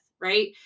right